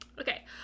Okay